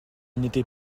n’était